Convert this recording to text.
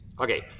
Okay